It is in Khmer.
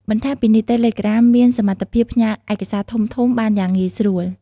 បន្ថែមពីនេះ តេឡេក្រាមមានសមត្ថភាព ផ្ញើឯកសារធំៗ បានយ៉ាងងាយស្រួល។